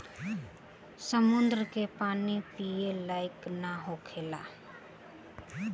समुंद्र के पानी पिए लायक ना होखेला